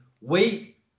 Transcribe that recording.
wait